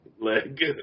leg